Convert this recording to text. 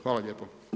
Hvala lijepo.